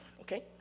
Okay